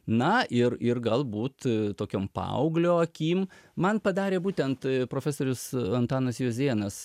na ir ir galbūt tokiom paauglio akim man padarė būtent profesorius antanas jozėnas